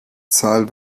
zahl